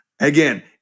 Again